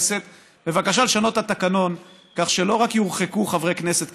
בבקשה לשנות את התקנון כך שלא רק יורחקו חברי כנסת,